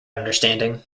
understanding